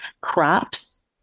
crops